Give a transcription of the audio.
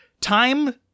Time